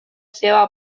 seva